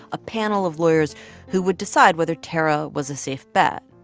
a panel of lawyers who would decide whether tarra was a safe bet.